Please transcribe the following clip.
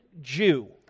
Jew